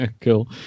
Cool